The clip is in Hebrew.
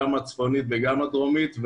גם הצפונית וגם הדרומית.